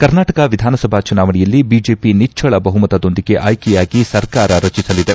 ಕರ್ನಾಟಕ ವಿಧಾನಸಭಾ ಚುನಾವಣೆಯಲ್ಲಿ ಬಿಜೆಪಿ ನಿಚ್ಚಳ ಬಹುಮತ ದೊಂದಿಗೆ ಆಯ್ಕೆಯಾಗಿ ಸರ್ಕಾರ ರಚಿಸಲಿದೆ